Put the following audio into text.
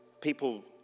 People